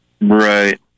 Right